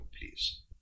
please